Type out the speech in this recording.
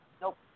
Nope